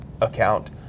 account